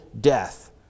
death